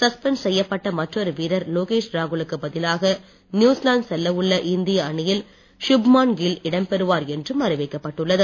suspend செய்யப்பட்ட மற்றொரு வீரர் லோகேஷ் ராகுலுக்கு பதிலாக நியூசிலாந்து செல்ல உள்ள இந்திய அணியில் ஷுப்மான் கில் இடம் பெறுவார் என்றும் அறிவிக்கப்பட்டு உள்ளது